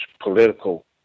political